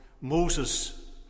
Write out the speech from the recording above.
Moses